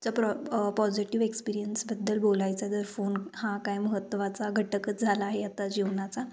चा प्रॉ पॉझिटिव एक्सपिरियन्सबद्दल बोलायचं तर फोन हा काय महत्त्वाचा घटकच झाला आहे आता जीवनाचा